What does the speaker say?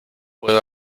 puedo